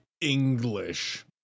English